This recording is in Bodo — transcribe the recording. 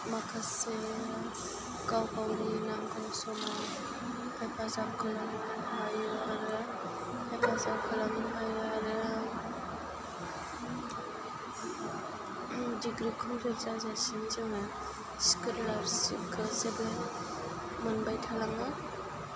माखासे गाव गावनि नांगौ समाव हेफाजाब खालामनो हायो आरो हेफाजाब खालामनो हायो आरो डिग्री कमफ्लिट जाजासिम जोङो श्क'लारशिपखौ जोबोद मोनबाय थालाङो